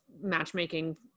matchmaking